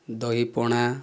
ଦହି ପଣା